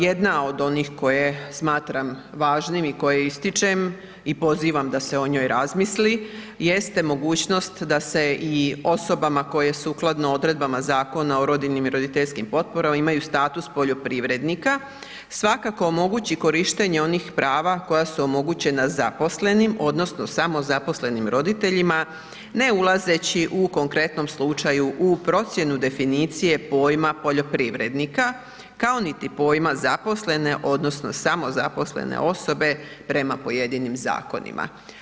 Jedna od onih koje smatram važnim i koje ističem i pozivam da se o njoj razmisli jeste mogućnost da se i osobama koje sukladno odredbama Zakona o rodiljnim i roditeljskim potporama imaju status poljoprivrednika svakako omogući korištenje onih prava koja su omogućena zaposlenim odnosno samozaposlenim roditeljima ne ulazeći u konkretnom slučaju u procjenu definicije pojma poljoprivrednika, kao niti pojma zaposlene odnosno samozaposlene osobe prema pojedinim zakonima.